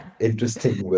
Interesting